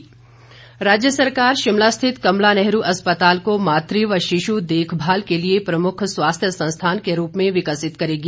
KNH राज्य सरकार शिमला स्थित कमला नेहरू अस्पताल को मातृ व शिशु देखभाल के लिए प्रमुख स्वास्थ्य संस्थान के रूप में विकसित करेगी